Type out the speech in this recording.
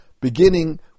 beginning